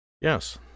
Yes